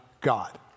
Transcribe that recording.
God